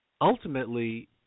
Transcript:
ultimately